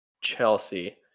Chelsea